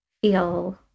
feel